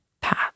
path